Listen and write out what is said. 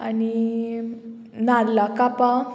आनी नाल्ला कापां